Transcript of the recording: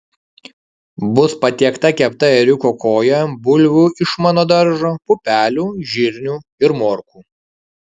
bus patiekta kepta ėriuko koja bulvių iš mano daržo pupelių žirnių ir morkų